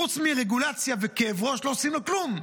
חוץ מרגולציה וכאב ראש לא עושים לו כלום.